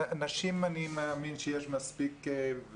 אני מאמין שיש מספיק נשים,